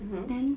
mmhmm